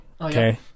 Okay